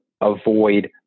avoid